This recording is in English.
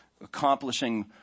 accomplishing